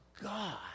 God